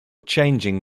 changing